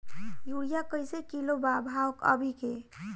Urea कइसे kilo बा भाव अभी के?